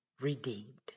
redeemed